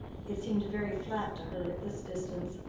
it seemed very flat to her at this distance,